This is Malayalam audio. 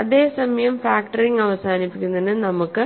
അതേസമയം ഫാക്റ്ററിംഗ് അവസാനിപ്പിക്കുന്നതിന് നമുക്ക്